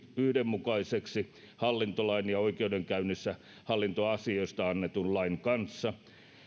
yhdenmukaiseksi hallintolain ja oikeudenkäynnissä hallintoasioista annetun lain kanssa